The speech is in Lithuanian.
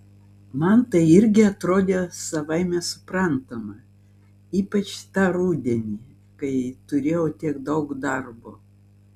man tai irgi atrodė savaime suprantama ypač tą rudenį kai turėjau tiek daug darbo